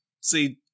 See